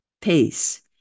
pace